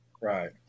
Right